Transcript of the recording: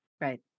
Right